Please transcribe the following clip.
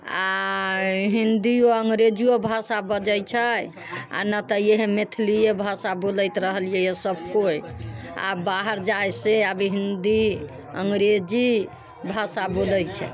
आ हिन्दियो अङ्ग्रेजीयो भाषा बजैत छै आ नहि तऽ इहे मैथिलिये भाषा बोलैत रहलियै यऽ सब केओ आ बाहर जाय से आब हिन्दी अङ्ग्रेजी भाषा बोलैत छै